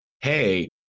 hey